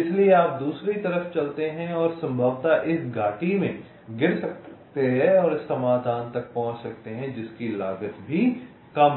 इसलिए आप दूसरी तरफ चलते हैं और आप संभवतः इस घाटी में गिर सकते हैं और इस समाधान तक पहुंच सकते हैं जिसकी लागत भी कम है